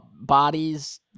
bodies